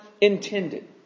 intended